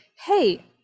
hey